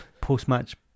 post-match